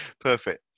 Perfect